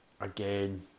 Again